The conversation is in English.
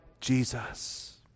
Jesus